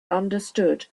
understood